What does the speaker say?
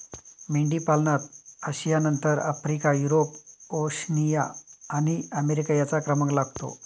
मेंढीपालनात आशियानंतर Africa, Europe, Oceania आणि अमेरिका यांचा क्रमांक लागतो